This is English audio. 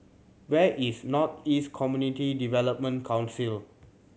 where is North East Community Development Council